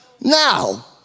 now